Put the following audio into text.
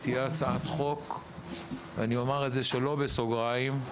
אני אומר את זה שלא בסוגריים,